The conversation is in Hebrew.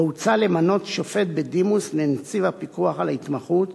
שבו הוצע למנות שופט בדימוס לנציב הפיקוח על ההתמחות,